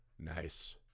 Nice